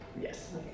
Yes